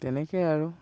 তেনেকেই আৰু